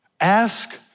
Ask